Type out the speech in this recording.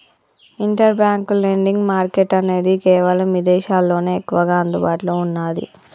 inter bank lending market అనేది కేవలం ఇదేశాల్లోనే ఎక్కువగా అందుబాటులో ఉన్నాది